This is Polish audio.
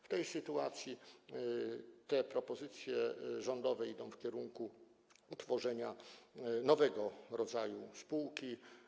W tej sytuacji te propozycje rządowe idą w kierunku utworzenia nowego rodzaju spółki.